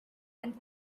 and